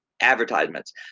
advertisements